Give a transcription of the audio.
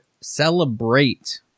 celebrate